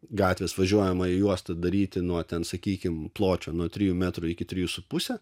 gatvės važiuojamąją juostą daryti nuo ten sakykime pločio nuo trijų metrų iki trijų su puse